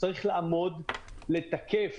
הוא צריך לעמוד ולתקף